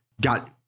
got